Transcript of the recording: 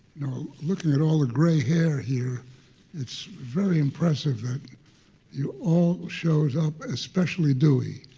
now, looking at all the gray hair here it's very impressive that you all showed up, especially dewey.